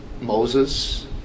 Moses